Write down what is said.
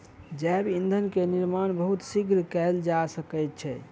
जैव ईंधन के निर्माण बहुत शीघ्र कएल जा सकै छै